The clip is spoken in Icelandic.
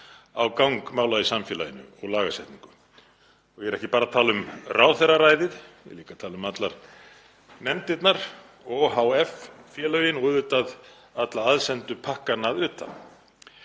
á gang mála í samfélaginu og lagasetningu. Ég er ekki bara að tala um ráðherraræðið, ég er líka að tala um allar nefndirnar, ohf.-félögin og auðvitað alla aðsendu pakkana að utan.